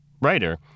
writer